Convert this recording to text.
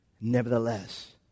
Nevertheless